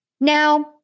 Now